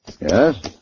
Yes